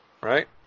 right